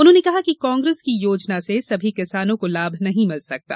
उन्होंने कहा कि कांग्रेस की योजना से सभी किसानों को लाभ नहीं मिल सकता